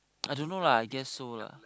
I don't know lah I guess so lah